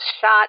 shot